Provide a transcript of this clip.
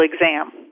exam